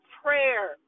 prayer